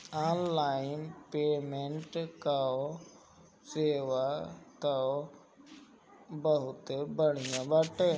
online payment कअ सेवा तअ बहुते बढ़िया बाटे